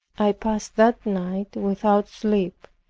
i passed that night without sleep,